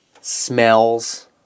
smells